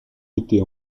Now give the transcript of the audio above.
été